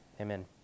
amen